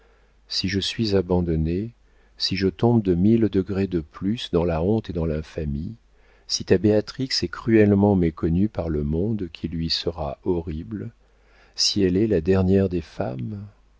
si je suis abandonnée si je tombe de mille degrés de plus dans la honte et dans l'infamie si ta béatrix est cruellement méconnue par le monde qui lui sera horrible si elle est la dernière des femmes